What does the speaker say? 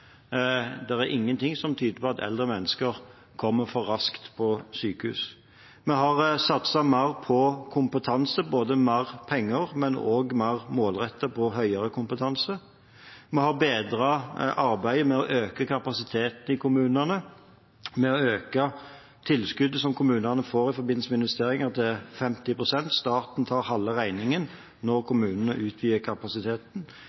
er ingen ting som tyder på at eldre mennesker kommer for raskt på sykehus. Vi har satset mer på kompetanse – mer penger, men også mer målrettet på høyere kompetanse. Vi har bedret arbeidet med å øke kapasiteten i kommunene med å øke tilskuddet som kommunene får i forbindelse med investeringer, til 50 pst. – staten tar halve regningen når kommunene utvider kapasiteten.